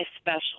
special